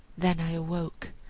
then i awoke,